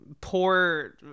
poor